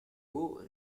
buca